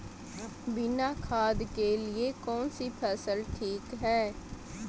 बिना खाद के लिए कौन सी फसल ठीक है?